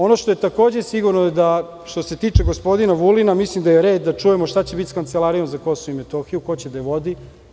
Ono što je takođe sigurno, što se tiče gospodina Vulina, mislim da je red da čujemo šta će biti sa Kancelarijom za Kosovo i Metohiju, ko će da je vodi.